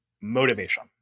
motivation